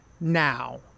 now